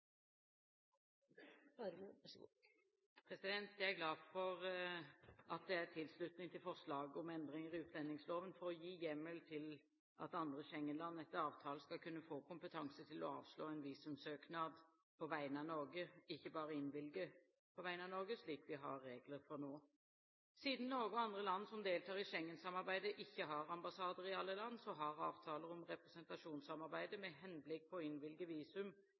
glad for at det er tilslutning til forslaget om endringer i utlendingsloven for å gi hjemmel til at andre Schengen-land etter avtale skal kunne få kompetanse til å avslå en visumsøknad på vegne av Norge, ikke bare innvilge på vegne av Norge, som vi har regler for nå. Siden Norge og andre land som deltar i Schengen-samarbeidet, ikke har ambassader i alle land, har avtaler om representasjonssamarbeid, med henblikk på å innvilge visum